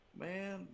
man